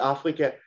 Afrika